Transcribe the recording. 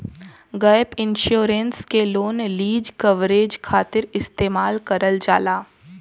gap insurance के loan lease coverage खातिर इस्तेमाल करल जाला